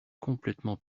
complètement